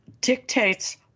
dictates